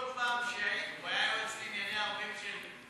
כל פעם הוא היה יועץ לענייני ערבים, שלי,